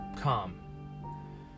calm